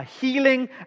healing